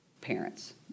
parents